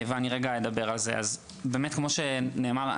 כמו שנאמר,